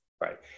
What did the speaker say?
right